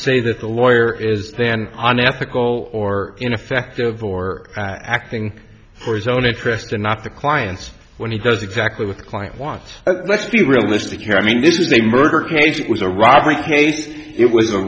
say that the lawyer is then on ethical or ineffective or acting for his own interest and not the clients when he does exactly what the client wants let's be realistic here i mean this is a murder case it was a robbery case it was a